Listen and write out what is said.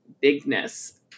bigness